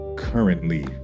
currently